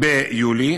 מקבלים ביולי,